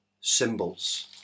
symbols